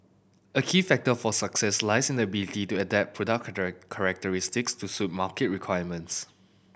a key factor for success lies in the ability to adapt characteristics to suit market requirements